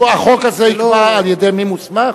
החוק הזה יקבע על-ידי מי מוסמך?